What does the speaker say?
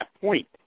point